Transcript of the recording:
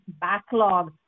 backlog